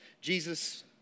Jesus